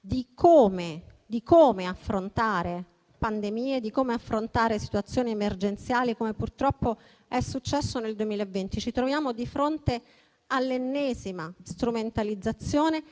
di come affrontare pandemie, di come affrontare situazioni emergenziali, come purtroppo è successo nel 2020. Ci troviamo di fronte all'ennesima strumentalizzazione e